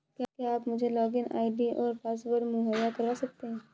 क्या आप मुझे लॉगिन आई.डी और पासवर्ड मुहैय्या करवा सकते हैं?